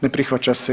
Ne prihvaća se.